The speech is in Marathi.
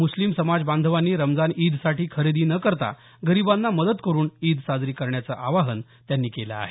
मुस्लिम समाज बांधवांनी रमजान ईदसाठी खरेदी न करता गरीबांना मदत करुन ईद साजरी करण्याचं आवाहन त्यांनी केलं आहे